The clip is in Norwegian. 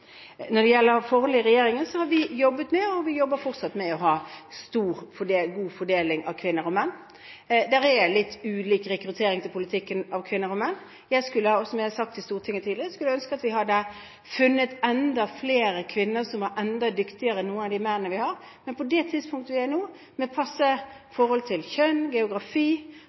Når det gjelder forhold i regjeringen, har vi jobbet med – og vi jobber fortsatt med – å ha en god fordeling av kvinner og menn. Det er litt ulik rekruttering av kvinner og menn til politikken. Som jeg har sagt til Stortinget tidligere, skulle jeg ønske at vi hadde funnet enda flere kvinner som var enda dyktigere enn noen av de mennene vi har, men på det tidspunktet vi er nå – med et passe forhold mellom kjønn, geografi,